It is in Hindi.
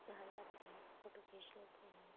जहाँ जाते हैं फोटो खींच लेते हैं